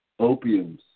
Opiums